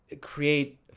create